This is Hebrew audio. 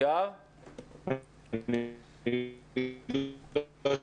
בני אלון,